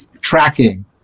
tracking